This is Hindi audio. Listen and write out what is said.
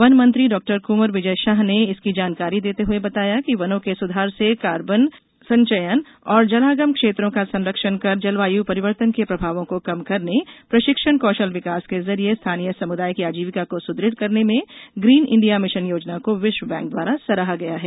वन मंत्री डॉ क्वर विजय शाह ने इसकी जानकारी देते हुए बताया कि वनों के सुधार से कार्बन संचयन और जलागम क्षेत्रों का संरक्षण कर जलवाय परिवर्तन के प्रभावों को कम करने प्रशिक्षण कौशल विकास के जरिए स्थानीय समुदाय की आजीविका को सुदृढ़ करने में ग्रीन इण्डिया मिशन योजना को विश्व बैंक द्वारा सराहा गया है